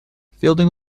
fielding